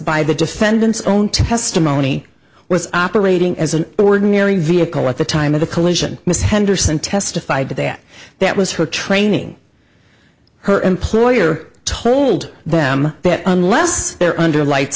by the defendant's own testimony was operating as an ordinary vehicle at the time of the collision miss henderson testified that that was her training her employer told them that unless they're under lights